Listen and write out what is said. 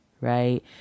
right